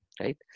right